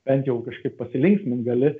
bent jau kažkaip pasilinksmint gali